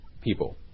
people